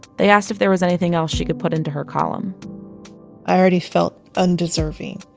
they asked if there was anything else she could put into her column i already felt undeserving,